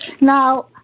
Now